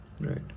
right